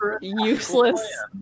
useless